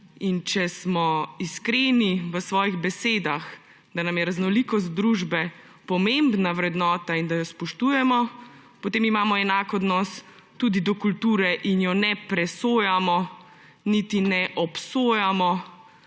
Če smo iskreni v svojih besedah, da nam je raznolikost družbe pomembna vrednota in da jo spoštujemo, potem imamo enak odnos tudi do kulture in je ne presojamo niti ne obsojamo,